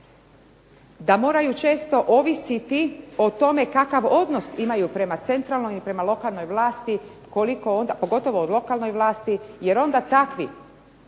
da moraju često ovisiti o tome kakav odnos imaju prema centralnoj ili prema lokalnoj vlasti, pogotovo prema lokalnoj vlasti, jer onda takvi